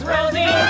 Rosie